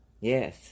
Yes